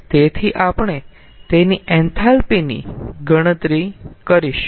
તેથી આપણે તેની એન્થાલ્પી ની ગણતરી કરીશું